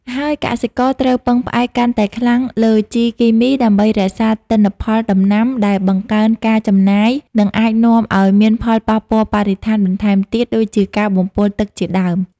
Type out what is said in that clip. ហើយកសិករត្រូវពឹងផ្អែកកាន់តែខ្លាំងលើ ជីគីមី ដើម្បីរក្សាទិន្នផលដំណាំ ដែលបង្កើនការចំណាយ និងអាចនាំឱ្យមានផលប៉ះពាល់បរិស្ថានបន្ថែមទៀតដូចជាការបំពុលទឹកជាដើម។